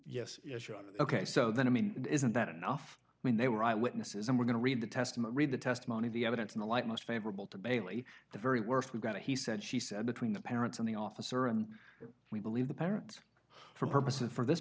home yes ok so then i mean isn't that enough when they were eyewitnesses and we're going to read the testimony read the testimony of the evidence in the light most favorable to bailey the very worst we've got a he said she said between the parents of the officer and we believe the parents for purposes for this